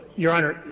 your honor,